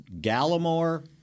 Gallimore